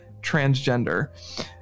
transgender